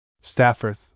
Stafford